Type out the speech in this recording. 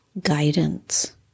guidance